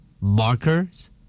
Markers